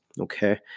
okay